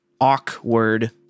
Awkward